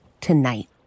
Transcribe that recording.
tonight